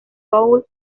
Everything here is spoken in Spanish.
paul